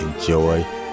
enjoy